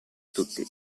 tutti